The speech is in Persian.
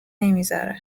نمیذاره